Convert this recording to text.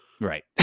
Right